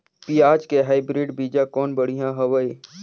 पियाज के हाईब्रिड बीजा कौन बढ़िया हवय?